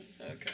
Okay